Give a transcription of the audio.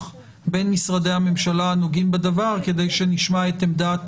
בין משרדי הממשלה הנוגעים בדבר כדי שנשמע את עמדת